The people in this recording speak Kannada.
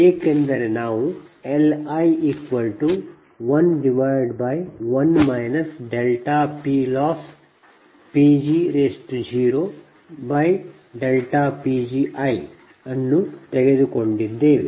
ಏಕೆಂದರೆ ನಾವು Li11 PLossPg0Pgi ಅನ್ನು ತೆಗೆದುಕೊಂಡಿದ್ದೇವೆ